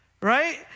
right